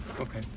Okay